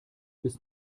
bis